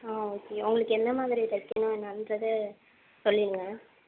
ஆ okay உங்களுக்க என்னமாதிரி தைக்கணும்கிறத சொல்லிடுங்க